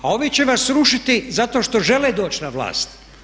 A ovi će vas srušiti zato što žele doći na vlast.